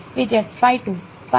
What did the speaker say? વિદ્યાર્થી બીજું કંઈ